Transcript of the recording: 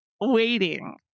waiting